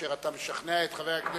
כשאתה משכנע את חבר הכנסת